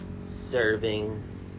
serving